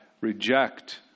reject